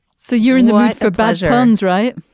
so you're in the for belgians right